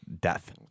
death